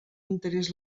interès